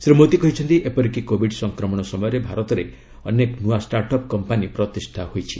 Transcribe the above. ଶ୍ରୀ ମୋଦି କହିଛନ୍ତି ଏପରିକି କୋବିଡ୍ ସଂକ୍ରମଣ ସମୟରେ ଭାରତରେ ଅନେକ ନ୍ତ୍ରା ଷ୍ଟାର୍ଟ ଅପ୍ କମ୍ପାନୀ ପ୍ରତିଷ୍ଠା ହୋଇଛି